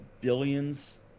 billions